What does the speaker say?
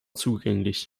zugänglich